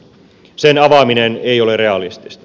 sen avaaminen ei ole realistista